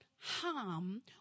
harm